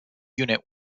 unit